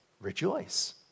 Rejoice